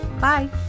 Bye